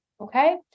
Okay